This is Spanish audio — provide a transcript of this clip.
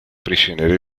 prisionero